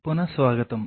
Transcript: పునఃస్వాగతం